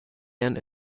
and